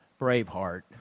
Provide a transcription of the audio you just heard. Braveheart